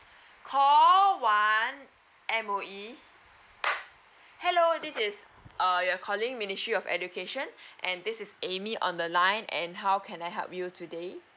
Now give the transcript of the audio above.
call one M_O_E hello this is err you're calling ministry of education and this is amy on the line and how can I help you today